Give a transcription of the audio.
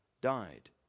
died